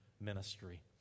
ministry